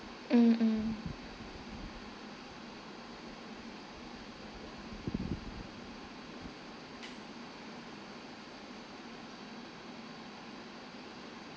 mmhmm